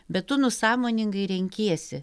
bet tu nu sąmoningai renkiesi